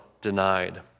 denied